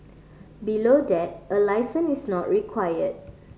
below that a licence is not require